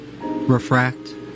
refract